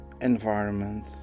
environment